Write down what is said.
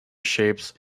shapes